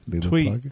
tweet